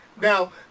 Now